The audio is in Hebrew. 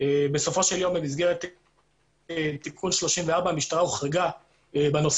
בסופו של יום במסגרת תיקון 34 המשטרה הוחרגה בנושא